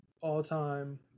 all-time